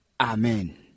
Amen